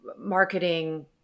marketing